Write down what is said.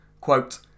Quote